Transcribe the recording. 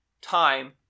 time